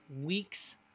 week's